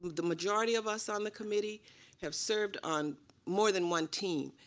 the majority of us on the committee have served on more than one team,